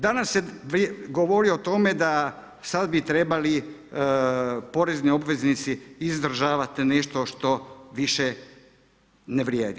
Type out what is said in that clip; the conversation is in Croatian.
Danas se govori o tome da sada bi trebali porezni obveznici izdržavati nešto što više ne vrijedi.